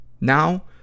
Now